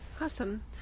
awesome